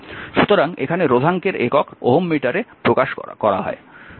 সুতরাং এখানে রোধাঙ্কের একক ওহম মিটারে প্রকাশ করা হয়